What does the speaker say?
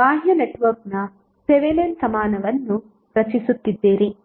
ಬಾಹ್ಯ ಸರ್ಕ್ಯೂಟ್ನ ಥೆವೆನಿನ್ ಸಮಾನವನ್ನು ರಚಿಸುತ್ತಿದ್ದೀರಿ